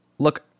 Look